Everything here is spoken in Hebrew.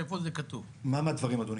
שלום לכולם.